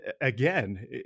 again